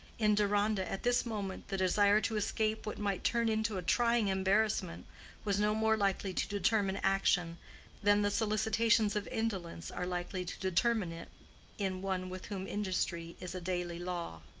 in deronda at this moment the desire to escape what might turn into a trying embarrassment was no more likely to determine action than the solicitations of indolence are likely to determine it in one with whom industry is a daily law.